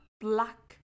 black